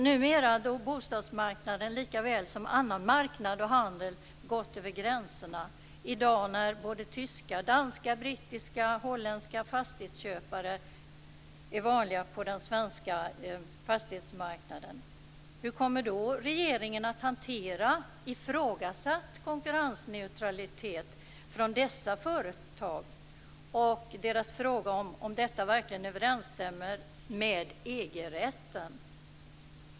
Numera, då bostadsmarknaden lika väl som annan marknad och handel har gått över gränserna, och i dag när både tyska, danska, brittiska och holländska fastighetsköpare är vanliga på den svenska fastighetsmarknaden - hur kommer då regeringen att hantera ifrågasatt konkurrensneutralitet från dessa företag och deras fråga om huruvida detta verkligen överensstämmer med EG-rätten?